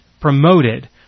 promoted